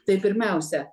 tai pirmiausia